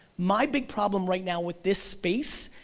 my big problem right now with this space,